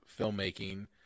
filmmaking